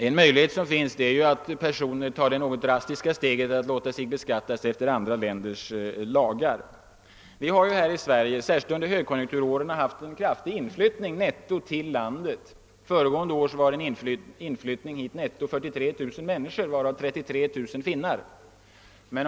En möjlighet som föreligger är att personer tar det något drastiska steget att låta sig beskattas efter andra länders lagar. Vi har här i Sverige, särskilt under högkonjunkturåren, haft en kraftig nettoinflyttning till landet. Förra året omfattade den 43 000 människor, av vilka 33 000 var finländare.